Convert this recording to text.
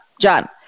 John